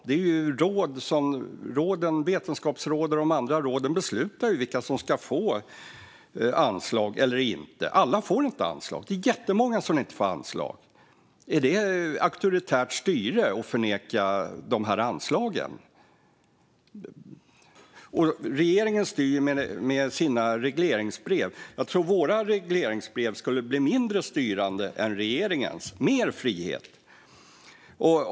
Det är råd - Vetenskapsrådet och de andra råden - som beslutar vilka som ska få anslag eller inte. Alla får inte anslag; det är jättemånga som inte får det. Är det auktoritärt styre att neka anslag? Regeringen styr med sina regleringsbrev. Jag tror att våra regleringsbrev skulle bli mindre styrande än regeringens och ge mer frihet.